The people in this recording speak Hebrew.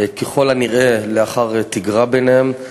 ככל הנראה לאחר תגרה ביניהם.